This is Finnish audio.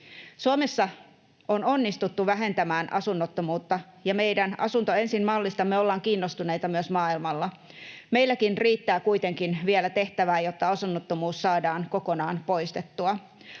Suomessa on onnistuttu vähentämään asunnottomuutta, ja meidän asunto ensin ‑mallistamme ollaan kiinnostuneita myös maailmalla. Meilläkin riittää kuitenkin vielä tehtävää, jotta asunnottomuus saadaan kokonaan poistettua.